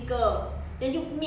!huh!